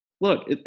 look